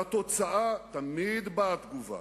על התוצאה תמיד באה תגובה.